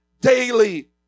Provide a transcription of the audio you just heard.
daily